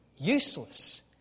useless